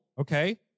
okay